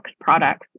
products